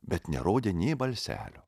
bet nerodė nė balselio